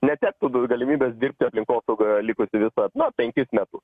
netektų galimybės dirbti aplinkosaugoje likusį visą na penkis metus